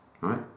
right